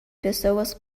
pessoas